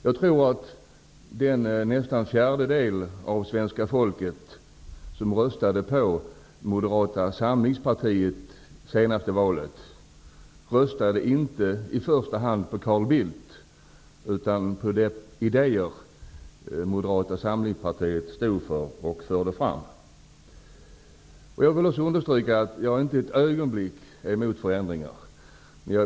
Jag tror att den dryga fjärdedel av svenska folket som röstade på Moderata samlingspartiet i det senaste valet inte i första hand röstade på Carl Bildt utan på de idéer som Moderata samlingspartiet står för och för fram. Jag vill understryka att jag inte ett ögonblick är emot förändringar.